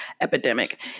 epidemic